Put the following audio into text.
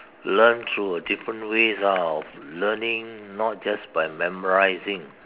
learn through a different ways ah of learning not just by memorizing